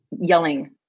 yelling